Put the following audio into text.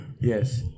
Yes